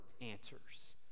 answers